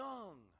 Young